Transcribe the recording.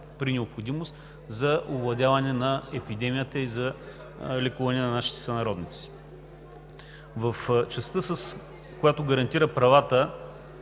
бъде мобилизиран за овладяване на епидемията и за лекуване на нашите сънародници. В частта, която гарантира правата